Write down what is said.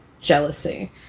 jealousy